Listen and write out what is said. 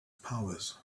powers